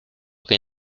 que